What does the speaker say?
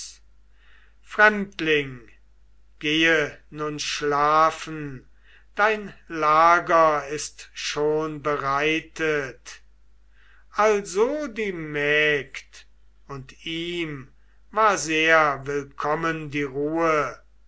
fremdling gehe nun schlafen dein lager ist schon bereitet also die mägd und ihm war sehr willkommen die ruhe